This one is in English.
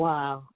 Wow